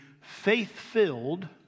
faith-filled